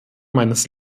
meines